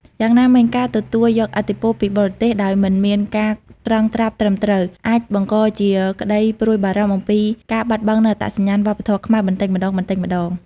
យ៉ាងណាមិញ ការទទួលយកឥទ្ធិពលពីបរទេសដោយមិនមានការត្រងត្រាប់ត្រឹមត្រូវ អាចបង្កជាក្តីព្រួយបារម្ភអំពីការបាត់បង់នូវអត្តសញ្ញាណវប្បធម៌ខ្មែរបន្តិចម្តងៗ។